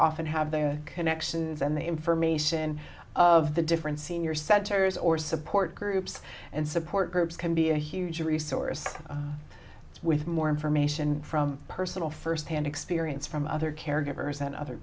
often have their connections and the information of the different senior centers or support groups and support groups can be a huge resource with more information from personal first hand experience from other caregivers and other